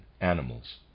animals